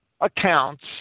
accounts